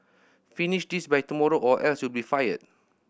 finish this by tomorrow or else you'll be fired